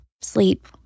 sleep